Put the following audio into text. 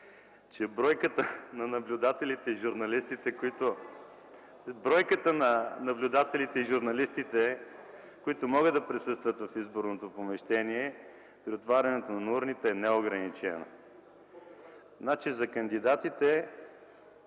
че броят на наблюдателите и журналистите, които могат да присъстват в изборното помещение при отварянето на урните, е неограничен. Значи, за кандидатите